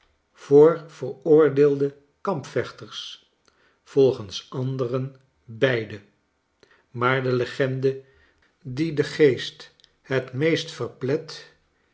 voor veroordeelde kampvechters volgens anderen beide maar de legende die den geest het meest